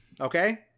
Okay